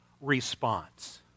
response